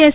S